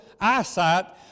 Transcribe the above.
eyesight